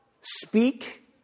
speak